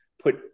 put